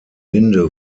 linde